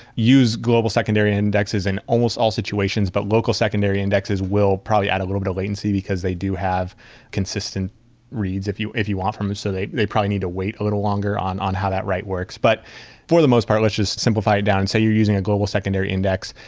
use global secondary indexes in almost all situations, but local secondary indexes will probably add a little to latency because they do have consistent reads if you if you want. so they they probably need to wait a little longer on on how that write works. but for the most part, let's just simplify it down and say you're using a global secondary index.